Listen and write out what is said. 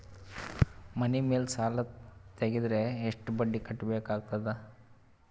ಮನಿ ಮೇಲ್ ಸಾಲ ತೆಗೆದರ ಎಷ್ಟ ಬಡ್ಡಿ ಕಟ್ಟಬೇಕಾಗತದ?